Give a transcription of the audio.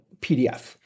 PDF